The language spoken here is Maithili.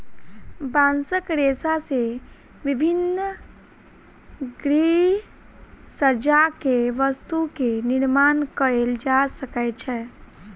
बांसक रेशा से विभिन्न गृहसज्जा के वस्तु के निर्माण कएल जा सकै छै